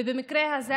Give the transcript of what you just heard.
ובמקרה הזה,